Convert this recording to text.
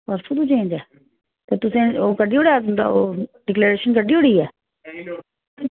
परसूं दा चेंज ऐ ते तुसें ओह् कड्डी ओड़ेआ ओह् डिक्लेरेशन कड्डी ओड़ी ऐ